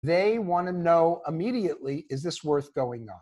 They want to know immediately is this going to work out